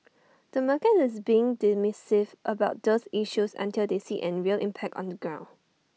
the market is being dismissive about those issues until they see any real impact on the ground